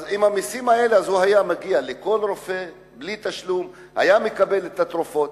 ועם המסים האלה הוא היה מגיע לכל רופא בלי תשלום והיה מקבל את התרופות.